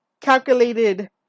Calculated